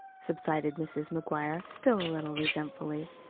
subsided mrs. mcguire, still a little resentfully.